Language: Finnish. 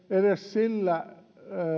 edes sillä